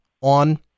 on